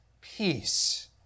peace